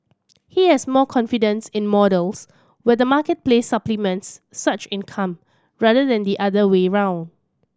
he has more confidence in models where the marketplace supplements such income rather than the other way around